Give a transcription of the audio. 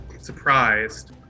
surprised